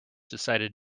decided